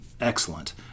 excellent